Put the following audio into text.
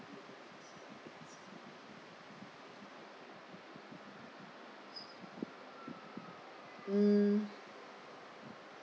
mm